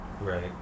Right